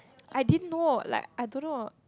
I didn't know like I don't know